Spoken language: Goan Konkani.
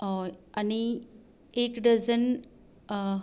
एक डझन